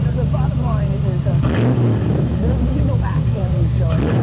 the bottom line is ah there will be no ask andrew show any